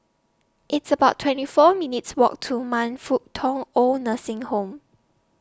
It's about twenty four minutes' Walk to Man Fut Tong Oid Nursing Home